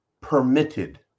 permitted